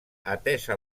atesa